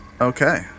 Okay